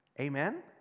Amen